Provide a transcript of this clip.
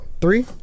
three